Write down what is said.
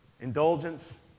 indulgence